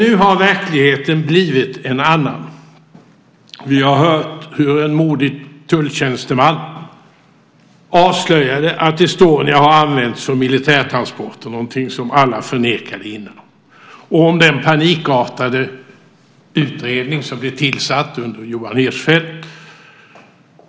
Nu har verkligheten blivit en annan. Vi har hört hur en modig tulltjänsteman avslöjade att Estonia har använts för militärtransporter, någonting som alla förnekade innan, och om den panikartade utredning som blev tillsatt under Johan Hirschfeldt.